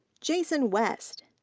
jason west.